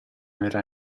verrà